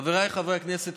חבריי חברי הכנסת,